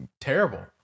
terrible